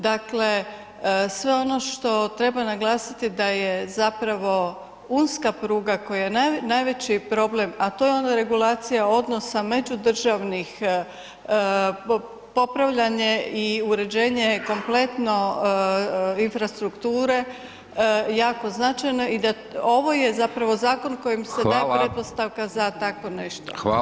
Dakle, sve ono što treba naglasiti da je zapravo Unska pruga koja je najveći problem, a to je ono regulacija odnosa međudržavnih, popravljanje i uređenje kompletno infrastrukture jako značajno i da, ovo je zapravo zakon kojem se [[Upadica: Hvala]] daje pretpostavka za takvo nešto.